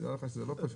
דע לך שזה לא פשוט.